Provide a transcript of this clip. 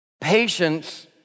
patience